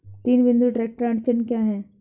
तीन बिंदु ट्रैक्टर अड़चन क्या है?